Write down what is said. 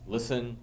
Listen